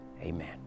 amen